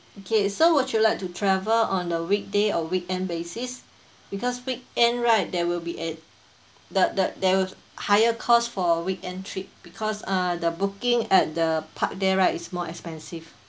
okay so would you like to travel on the weekday or weekend basis because weekend right there will be at the the there~ higher costs for weekend trip because uh the booking at the park there right is more expensive